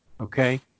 Okay